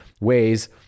ways